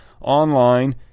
online